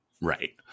Right